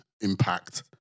Impact